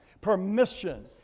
permission